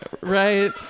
right